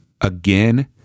again